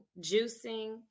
juicing